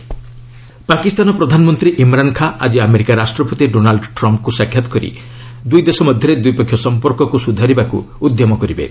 US Imran Trump Pakistan ପ୍ରଧାନମନ୍ତ୍ରୀ ଇମ୍ରାନ୍ ଖାଁ ଆଜି America ରାଷ୍ଟ୍ରପତି ଡୋନାଲ୍ଡ୍ ଟ୍ରମ୍ଫ୍ଙ୍କୁ ସାକ୍ଷାତ୍ କରି ଦୁଇ ଦେଶ ମଧ୍ୟରେ ଦ୍ୱିପକ୍ଷୀୟ ସମ୍ପର୍କକୁ ସୁଧାରିବାକୁ ଉଦ୍ୟମ କରିବେ